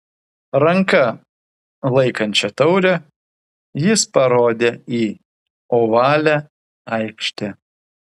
ranka laikančia taurę jis parodė į ovalią aikštę